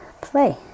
play